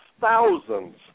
thousands